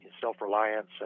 self-reliance